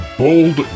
bold